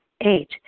eight